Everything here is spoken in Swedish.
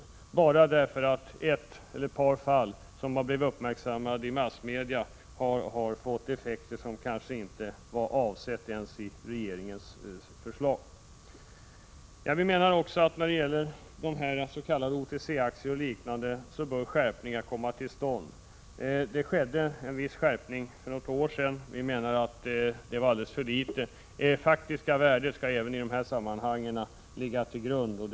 Det beror bara på att ett eller ett par fall som har blivit uppmärksammade i massmedia har fått effekter som kanske inte ens var avsedda i regeringens förslag. När det gäller s.k. OTC-aktier och liknande bör skärpningar komma till stånd. Det skedde en viss skärpning för något år sedan. Vi menar att det var alldeles för litet. Det faktiska värdet skall ligga till grund även i de här sammanhangen.